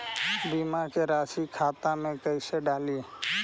बीमा के रासी खाता में कैसे डाली?